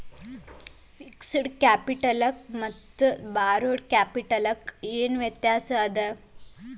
Fixed ಕ್ಯಾಪಿಟಲಕ್ಕ ಮತ್ತ ಬಾರೋಡ್ ಕ್ಯಾಪಿಟಲಕ್ಕ ಏನ್ ವ್ಯತ್ಯಾಸದ?